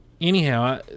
anyhow